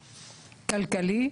כלכלי,